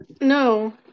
no